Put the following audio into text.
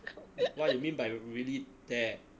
what do you mean by really dare